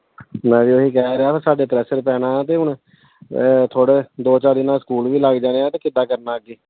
ਮੈਂ ਵੀ ਉਹੀ ਕਹਿ ਰਿਹਾ ਵੀ ਸਾਡੇ ਪ੍ਰੈਸ਼ਰ ਪੈਣਾ ਅਤੇ ਹੁਣ ਥੋੜ੍ਹਾ ਦੋ ਚਾਰ ਦਿਨਾਂ 'ਚ ਸਕੂਲ ਵੀ ਲੱਗ ਜਾਣੇ ਆ ਤਾਂ ਕਿੱਦਾਂ ਕਰਨਾ ਅੱਗੇ